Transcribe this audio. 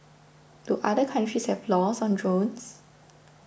do other countries have laws on drones